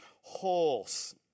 horse